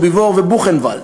סוביבור ובוכנוואלד.